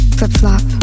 Flip-flop